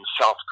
South